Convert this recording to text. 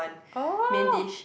oh